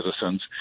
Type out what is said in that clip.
citizens